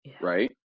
Right